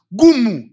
gumu